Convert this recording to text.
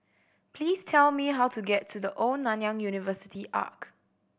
please tell me how to get to The Old Nanyang University Arch